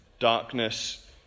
Darkness